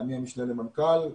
אני המשנה למנכ"ל.